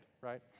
right